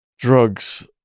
drugs